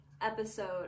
episode